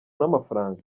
n’amafaranga